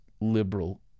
liberal